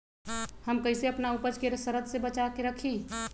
हम कईसे अपना उपज के सरद से बचा के रखी?